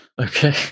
Okay